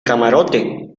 camarote